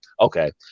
okay